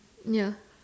ya